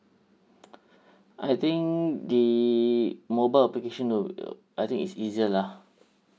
I think the mobile application will uh I think is easier lah